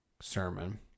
sermon